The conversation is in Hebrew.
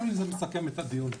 זה מסכם את הדיון.